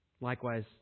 Likewise